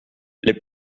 les